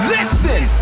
Listen